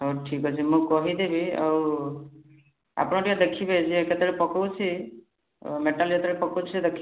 ହଉ ଠିକ୍ ଅଛି ମୁଁ କହିଦେବି ଆଉ ଆପଣ ଟିକିଏ ଦେଖିବେ ଯେ କେତେବେଳେ ପକାଉଛି ମେଟାଲ୍ ଯେତେବେଳେ ପକାଉଛି ଟିକିଏ ଦେଖିବେ